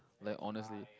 like honestly